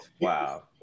Wow